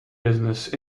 businesses